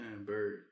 Bird